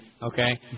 Okay